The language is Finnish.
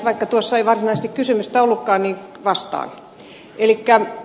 vaikka tuossa ei varsinaisesti kysymystä ollutkaan niin vastaan